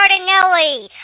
Cardinelli